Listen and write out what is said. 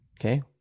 Okay